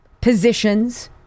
positions